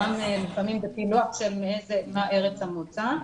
גם לפעמים בפילוח של ארץ המוצא,